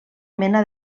mena